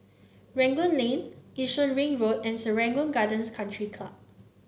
Rangoon Lane Yishun Ring Road and Serangoon Gardens Country Club